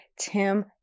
Tim